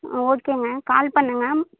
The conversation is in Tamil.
ஆ ஓகேங்க கால் பண்ணுங்க